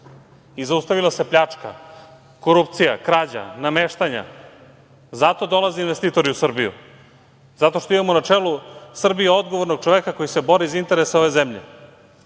i zaustavila se pljačka, korupcija, nameštanja. Zato dolaze investitori u Srbiju, zato što imamo na čelu Srbije odgovornog čoveka koji se bori za interese ove zemlje.